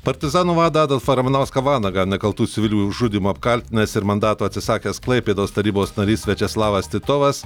partizanų vadą adolfą ramanauską vanagą nekaltų civilių žudymu apkaltinęs ir mandato atsisakęs klaipėdos tarybos narys viačeslavas titovas